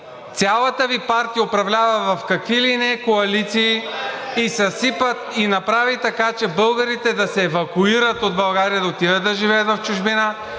цялата Ви партия управлява в какви ли не коалиции и съсипа, и направи така, че българите да се евакуират от България и да отидат да живеят в чужбина